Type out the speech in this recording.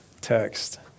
text